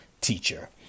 teacher